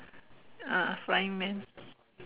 ah flying man